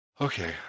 Okay